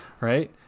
right